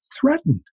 threatened